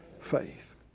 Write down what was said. faith